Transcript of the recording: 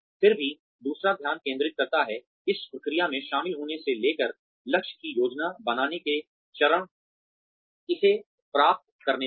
फिर भी दूसरा ध्यान केंद्रित करता है इस प्रक्रिया में शामिल होने से लेकर लक्ष्य की योजना बनाने के चरण इसे प्राप्त करने तक